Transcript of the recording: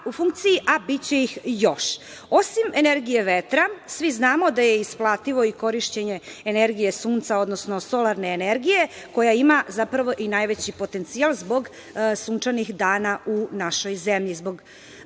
u funkciji, a biće ih još. Osim energije vetra, svi znamo da je isplativo i korišćenje energije Sunca, odnosno solarne energije, koja ima zapravo i najveći potencijal, zbog sunčanih dana u našoj zemlji, zbog